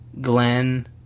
Glenn